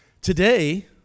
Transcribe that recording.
Today